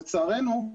לצערנו,